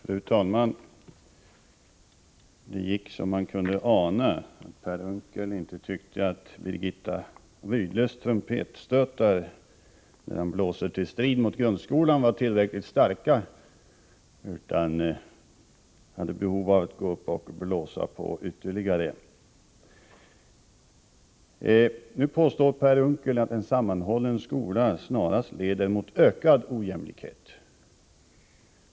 Fru talman! Det gick som man kunde ana, Per Unckel tyckte inte att Birgitta Rydles trumpetstötar när man blåser till strid mot grundskolan var tillräckligt starka. Han hade behov av att blåsa på ytterligare. Per Unckel påstår att en sammanhållen skola snarast leder mot ökad ojämlikhet.